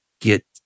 get